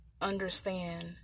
understand